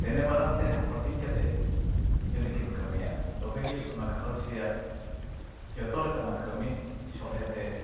ᱫᱮᱱᱮᱵᱟᱱᱟᱨᱛᱮ ᱦᱟᱯᱟᱴᱤᱧ ᱠᱟᱛᱮᱫ ᱡᱚᱫᱤᱠᱤᱱ ᱠᱟᱹᱢᱤᱭᱟ ᱛᱚᱵᱮᱜᱮ ᱚᱱᱟ ᱜᱷᱟᱨᱚᱸᱡᱽ ᱨᱮᱭᱟᱜ ᱡᱚᱛᱚ ᱞᱮᱠᱟᱱᱟᱜ ᱠᱟᱹᱢᱤ ᱥᱚᱞᱦᱮᱛᱮ